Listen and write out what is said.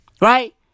Right